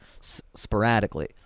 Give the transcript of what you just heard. sporadically